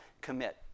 commit